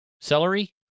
celery